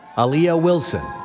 aaliyah wilson.